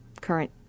current